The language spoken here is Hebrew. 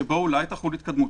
שבו אולי תחול התקדמות.